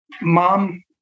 mom